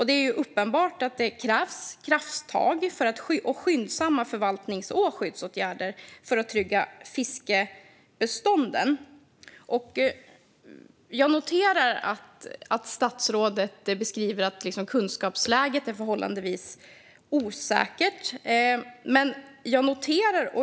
Det är uppenbart att det krävs krafttag och skyndsamma förvaltnings och skyddsåtgärder för att trygga fiskbestånden. Jag noterar att statsrådet beskriver att kunskapsläget är förhållandevis osäkert.